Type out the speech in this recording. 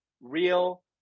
real